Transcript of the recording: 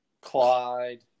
Clyde